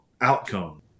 outcome